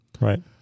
Right